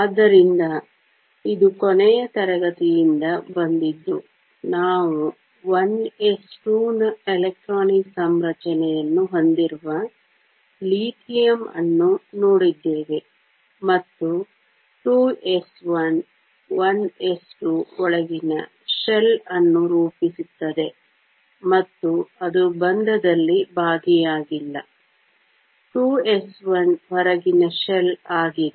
ಆದ್ದರಿಂದ ಇದು ಕೊನೆಯ ತರಗತಿಯಿಂದ ಬಂದಿದ್ದು ನಾವು 1s2 ನ ಎಲೆಕ್ಟ್ರಾನಿಕ್ ಸಂರಚನೆಯನ್ನು ಹೊಂದಿರುವ ಲಿಥಿಯಂ ಅನ್ನು ನೋಡಿದ್ದೇವೆ ಮತ್ತು 2s1 1s2 ಒಳಗಿನ ಶೆಲ್ ಅನ್ನು ರೂಪಿಸುತ್ತದೆ ಮತ್ತು ಅದು ಬಂಧದಲ್ಲಿ ಭಾಗಿಯಾಗಿಲ್ಲ 2s1 ಹೊರಗಿನ ಶೆಲ್ ಆಗಿದೆ